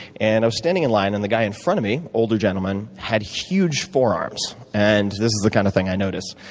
and standing in line and the guy in front of me, older gentlemen, had huge forearms. and this is the kind of thing i notice.